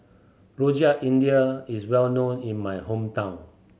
Rojak India is well known in my hometown